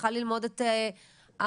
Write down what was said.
צריכה ללמוד את הסגנון,